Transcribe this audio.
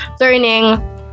learning